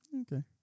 Okay